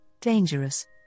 dangerous